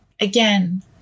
Again